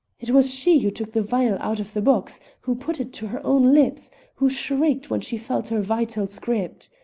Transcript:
it was she who took the vial out of the box who put it to her own lips who shrieked when she felt her vitals gripped.